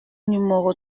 numéro